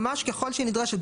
ממש ככל שהיא נדרשת,